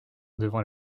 devant